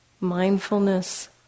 mindfulness